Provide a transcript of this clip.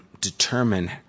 determine